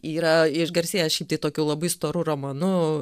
yra išgarsėjęs šiaip tai tokiu labai storu romanu